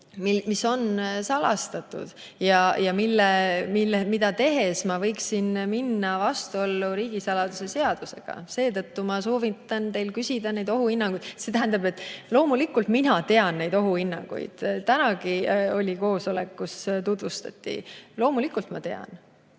mis on salastatud. Seda tehes ma võiksin minna vastuollu riigisaladuse seadusega. Seetõttu ma soovitan teil küsida neid ohuhinnanguid. Loomulikult mina tean neid ohuhinnanguid, tänagi oli koosolek, kus neid tutvustati. Loomulikult ma tean.